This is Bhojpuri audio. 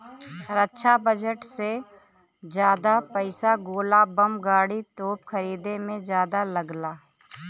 रक्षा बजट के जादा पइसा गोला बम गाड़ी, तोप खरीदे में जादा लगला